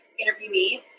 interviewees